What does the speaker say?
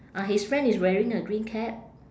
uh his friend is wearing a green cap